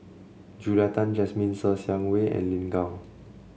Julia Tan Jasmine Ser Xiang Wei and Lin Gao